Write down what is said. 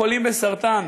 חולים בסרטן,